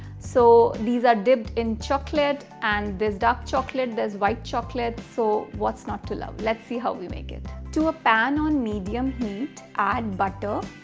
so these are dipped in chocolate and there's dark chocolate, there's white chocolate. so what's not to love. let's see how we make it. to ah a on medium heat, add butter,